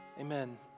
Amen